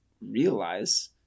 realize